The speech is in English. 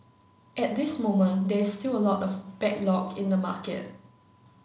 at this moment there is still a lot of backlog in the market